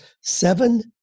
seven